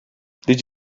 did